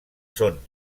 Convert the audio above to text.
són